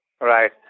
Right